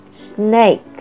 snake